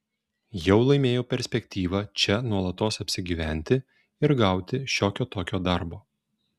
jau laimėjau perspektyvą čia nuolatos apsigyventi ir gauti šiokio tokio darbo